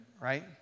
right